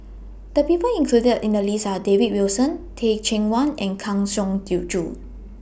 The People included in The list Are David Wilson Teh Cheang Wan and Kang Siong Joo